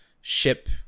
ship